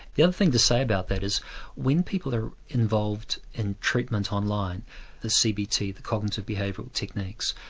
the other thing to say about that is when people are involved in treatment online the cbt, the cognitive behavioural techniques,